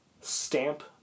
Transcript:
stamp